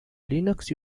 linux